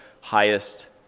highest